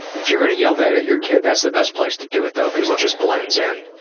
if you're going to yell that at your kid, that's the best place to do it, though, because it just blends in.